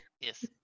yes